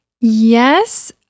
Yes